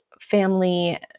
family